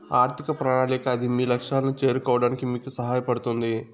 ఆర్థిక ప్రణాళిక అది మీ లక్ష్యాలను చేరుకోవడానికి మీకు సహాయపడుతుంది